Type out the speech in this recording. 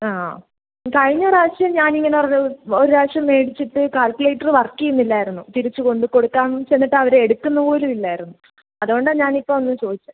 ആ കഴിഞ്ഞ പ്രാവശ്യം ഞാനിങ്ങനെ ഒരു ഒരു പ്രാവശ്യം മേടിച്ചിട്ട് കാൽക്കുലേറ്ററ് വർക്ക് ചെയ്യുന്നില്ലായിരുന്നു തിരിച്ച് കൊണ്ട് കൊടുക്കാൻ ചെന്നിട്ടവർ എടുക്കുന്നത് പോലും ഇല്ലായിരുന്നു അതോണ്ടാ ഞാനിപ്പം അങ്ങ് ചോദിച്ചത്